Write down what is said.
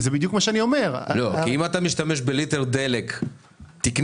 זה בדיוק מה שאני אומר --- אם אתה משתמש בליטר דלק תקני,